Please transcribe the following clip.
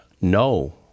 no